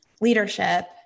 leadership